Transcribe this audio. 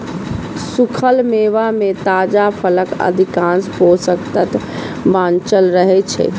सूखल मेवा मे ताजा फलक अधिकांश पोषक तत्व बांचल रहै छै